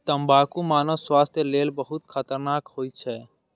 तंबाकू मानव स्वास्थ्य लेल बहुत खतरनाक होइ छै